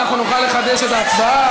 ואנחנו נוכל לחדש את ההצבעה.